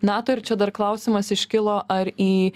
nato ir čia dar klausimas iškilo ar į